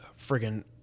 friggin